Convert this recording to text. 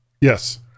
Yes